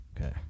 Okay